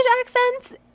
accents